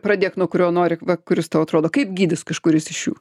pradėk nuo kurio nori va kuris tau atrodo kaip gydys kažkuris iš jų